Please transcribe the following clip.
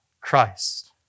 Christ